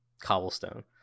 cobblestone